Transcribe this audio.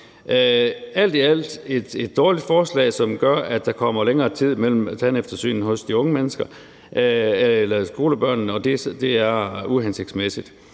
alt er det et dårligt forslag, som gør, at der kommer længere tid mellem tandeftersynene hos skolebørnene, og det er uhensigtsmæssigt.